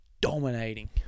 dominating